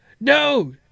no